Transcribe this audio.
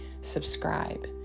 subscribe